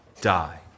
die